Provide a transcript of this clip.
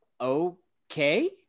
okay